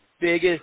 biggest